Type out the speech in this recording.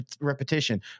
repetition